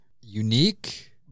unique